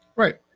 Right